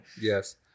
Yes